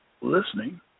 listening